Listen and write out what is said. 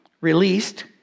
Released